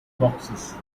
boxes